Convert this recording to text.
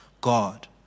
God